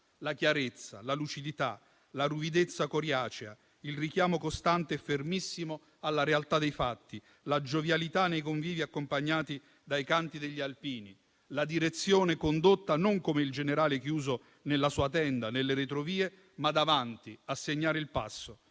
la chiarezza, la lucidità, la ruvidezza coriacea, il richiamo costante e fermissimo alla realtà dei fatti, la giovialità nei convivi, accompagnati dai canti degli alpini, la direzione, condotta non come il generale chiuso nella sua tenda nelle retrovie, ma davanti, a segnare il passo: